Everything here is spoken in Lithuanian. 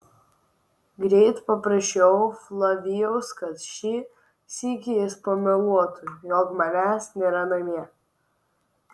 greit paprašiau flavijaus kad šį sykį jis pameluotų jog manęs nėra namie